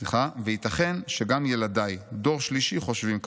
וייתכן שגם ילדיי (דור שלישי) חושבים כך.